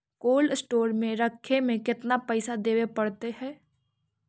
Cold store में रखे में केतना पैसा देवे पड़तै है?